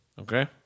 Okay